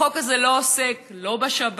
החוק הזה לא עוסק לא בשבת,